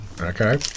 Okay